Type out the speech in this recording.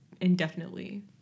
indefinitely